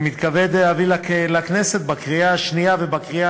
אני מתכבד להביא לכנסת לקריאה שנייה ולקריאה